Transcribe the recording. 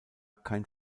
kein